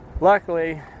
Luckily